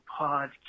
podcast